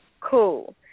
Cool